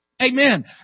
Amen